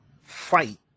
fight